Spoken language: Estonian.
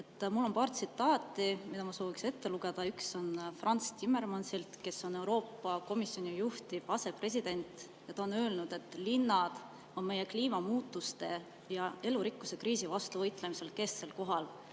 Mul on paar tsitaati, mis ma soovin ette lugeda. Üks on Frans Timmermansilt, kes on Euroopa Komisjoni juhtiv asepresident. Ta on öelnud, et linnad on meie kliimamuutuste ja elurikkuse kriisi vastu võitlemisel kesksel kohal.